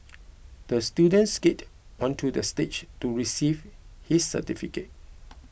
the student skated onto the stage to receive his certificate